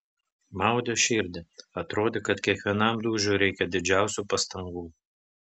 maudė širdį atrodė kad kiekvienam dūžiui reikia didžiausių pastangų